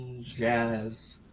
Jazz